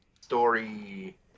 story